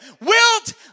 wilt